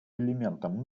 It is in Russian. элементом